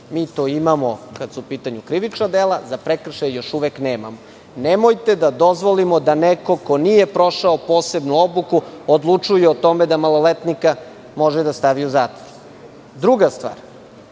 Mi to imamo kada su u pitanju krivična, za prekršaj još uvek nemamo. Nemojte da dozvolimo da neko ko nije prošao posebnu obuku, odlučuje o tome da maloletnika može da stavi u zatvor. Druga stvar,